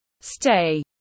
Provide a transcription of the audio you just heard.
Stay